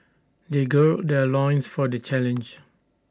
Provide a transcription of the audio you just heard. they gird their loins for the challenge